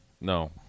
No